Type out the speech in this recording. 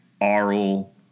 aural